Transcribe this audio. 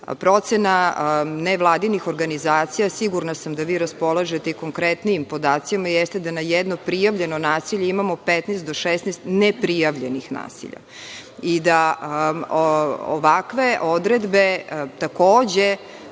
Procena nevladinih organizacija, sigurna sam da vi raspolažete i konkretnijim podacima, jeste da na jedno prijavljeno nasilje imamo 15 do 16 ne prijavljenih nasilja i da ovakve odredbe takođe